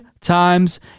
times